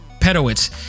pedowitz